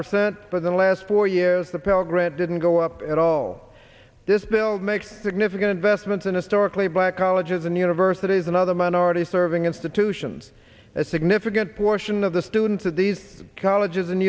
percent for the last four years the pell grant didn't go up at all this bill makes the difficult investments in historical a black colleges and universities and other minority serving institutions a significant portion of the students at these colleges and